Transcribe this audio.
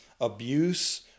abuse